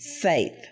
Faith